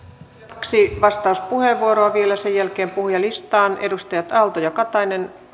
kaksi vastauspuheenvuoroa vielä ja sen jälkeen puhujalistaan edustajat aalto ja katainen